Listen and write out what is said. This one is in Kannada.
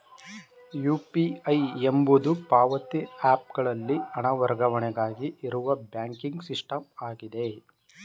ಯು.ಪಿ.ಐ ಎಂಬುದು ಪಾವತಿ ಹ್ಯಾಪ್ ಗಳಲ್ಲಿ ಹಣ ವರ್ಗಾವಣೆಗಾಗಿ ಇರುವ ಬ್ಯಾಂಕಿಂಗ್ ಸಿಸ್ಟಮ್ ಆಗಿದೆ